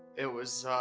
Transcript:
it was,